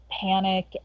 panic